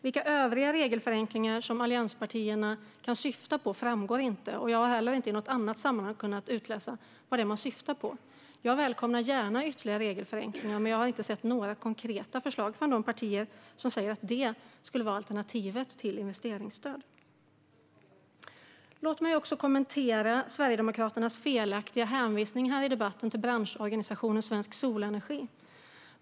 Vilka övriga regelförenklingar som allianspartierna kan syfta på framgår inte, och jag har heller inte kunnat utläsa detta i något annat sammanhang. Jag välkomnar ytterligare regelförenklingar, men jag har inte sett några konkreta förslag från de partier som säger att det är alternativet till investeringsstöd. Låt mig kommentera Sverigedemokraternas felaktiga hänvisning här i debatten till branschorganisationen Svensk Solenergi.